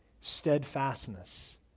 steadfastness